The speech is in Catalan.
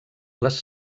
les